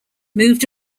moved